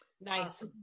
Nice